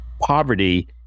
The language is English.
Poverty